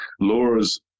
Laura's